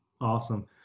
awesome